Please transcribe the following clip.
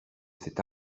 cette